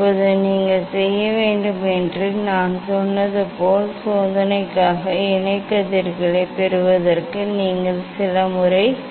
இப்போது நீங்கள் செய்ய வேண்டும் என்று நான் சொன்னது போல் சோதனைக்காக இணை கதிர்களைப் பெறுவதற்கு நீங்கள் சில முறைக்கு